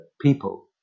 people